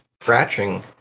scratching